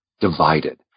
divided